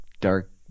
dark